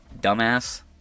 Dumbass